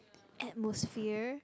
atmosphere